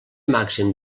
màxim